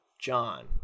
john